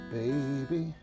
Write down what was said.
baby